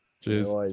Cheers